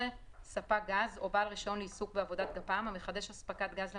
ספק גז או בעל רישיון לעיסוק בעבודת גפ"מ המחדש הספקת גז למיתקן,